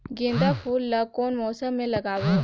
गेंदा फूल ल कौन मौसम मे लगाबो?